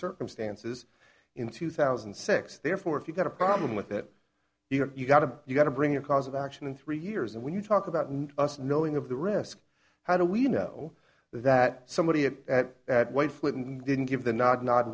circumstances in two thousand and six therefore if you've got a problem with it you know you've got to you've got to bring a cause of action in three years and when you talk about us knowing of the risk how do we know that somebody had at that white flip and didn't give the nod nod